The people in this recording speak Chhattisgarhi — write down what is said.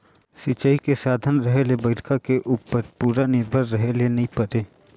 सिंचई के साधन रहें ले बइरखा के उप्पर पूरा निरभर रहे ले नई परे